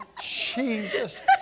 Jesus